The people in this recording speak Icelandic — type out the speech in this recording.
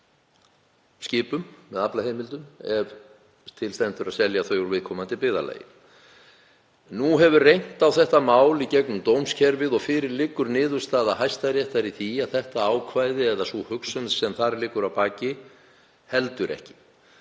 skipum með aflaheimildum ef til stendur að selja þau úr viðkomandi byggðarlagi. Nú hefur reynt á það í dómskerfinu og fyrir liggur niðurstaða Hæstaréttar í því að þetta ákvæði eða sú hugsun sem þar liggur að baki heldur ekki.